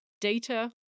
data